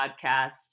podcast